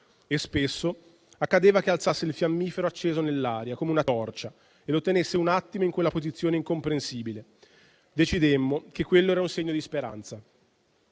e spesso accadeva che alzasse il fiammifero acceso nell'aria come una torcia e lo tenesse un attimo in quella posizione incomprensibile. Decidemmo che quello era un segno di speranza».